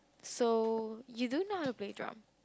so you don't know how to play drum